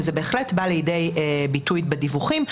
וזה בהחלט בא לידי ביטוי בדיווחים.